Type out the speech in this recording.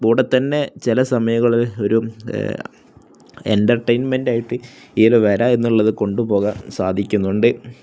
കൂടെ തന്നെ ചില സമയങ്ങളിൽ ഒരു എൻ്റർടൈൻമെൻറ്റായിട്ട് ഈ ഒരു വര എന്നുള്ളത് കൊണ്ടുപോകാൻ സാധിക്കുന്നുണ്ട്